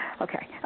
Okay